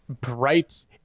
bright